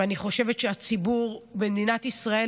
ואני חושבת שהציבור במדינת ישראל,